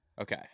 Okay